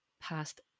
past